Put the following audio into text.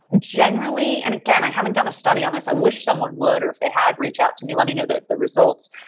generally and again, i haven't done a study on this. i wish someone would or if they had, reach out to me. let me know the the results.